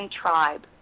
Tribe